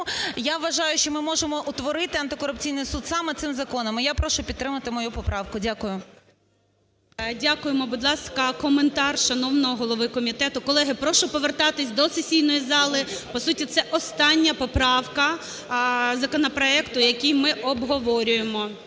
я вважаю, що ми можемо утворити антикорупційний суд саме цим законом і я прошу підтримати мою поправку. Дякую. ГОЛОВУЮЧИЙ. Дякуємо. Будь ласка, коментар шановного голови комітету. Колеги, прошу повертатись до сесійної зали. По суті, це остання поправка законопроекту, який ми обговорюємо.